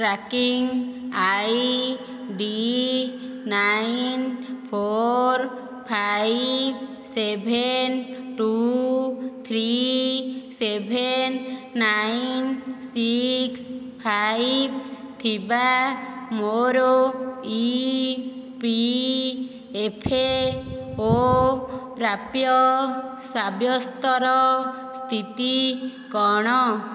tracking I D nine four five seven two three seven nine six five ଥିବା ମୋର E P F O ପ୍ରାପ୍ୟ ସାବ୍ୟସ୍ତର ସ୍ଥିତି କ'ଣ